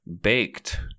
baked